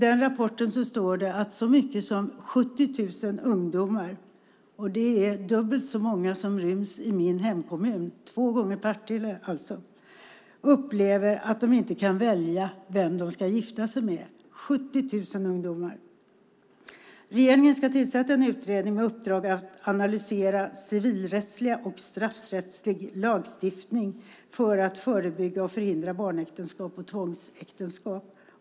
Det står att så många som 70 000 ungdomar - och det är dubbelt så många som ryms i min hemkommun, det vill säga två gånger Partille - upplever att de inte kan välja vem de ska gifta sig med. Det handlar om 70 000 ungdomar. Regeringen ska tillsätta en utredning med uppdrag att analysera civilrättslig och straffrättslig lagstiftning för att förebygga och förhindra barnäktenskap och tvångsäktenskap.